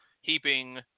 heaping